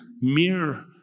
mere